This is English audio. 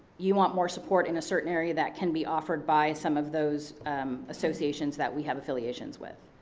you want more support in a certain area that can be offered by some of those associations that we have affiliations with.